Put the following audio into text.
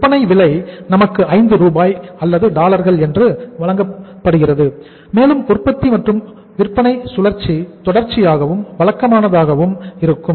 விற்பனை விலை நமக்கு 5 ரூபாய் அல்லது டாலர்கள் என்று வழங்கப்படுகிறது மேலும் உற்பத்தி மற்றும் விற்பனை சுழற்சி தொடர்ச்சியாகவும் வழக்கமானதாகவும் இருக்கும்